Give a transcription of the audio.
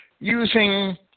using